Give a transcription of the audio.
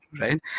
right